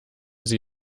sie